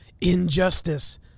Injustice